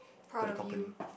to the company